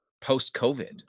post-COVID